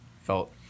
felt